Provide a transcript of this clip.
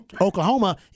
Oklahoma